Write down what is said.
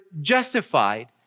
justified